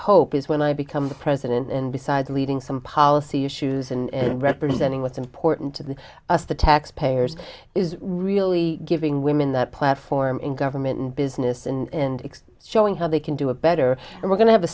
hope is when i become the president and besides leading some policy issues and representing what's important to us the taxpayers is really giving women that platform in government and business and showing how they can do a better and we're going to have a